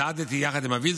צעדתי יחד עם אבי,